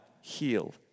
heal